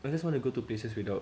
I just want to go to places without